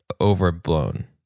overblown